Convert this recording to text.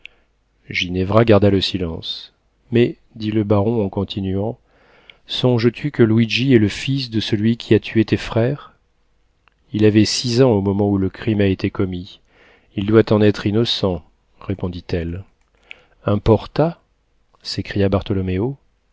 ginevra garda le silence mais dit le baron en continuant songes-tu que luigi est le fils de celui qui a tué tes frères il avait six ans au moment où le crime a été commis il doit en être innocent répondit-elle un porta s'écria bartholoméo